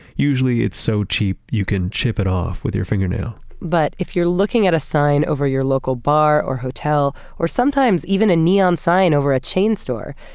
usually it's so cheap you can chip it off with your fingernail but, if you're looking at a sign over your local bar, or hotel, or sometimes even a neon sign over a chain store,